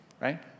right